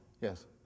Yes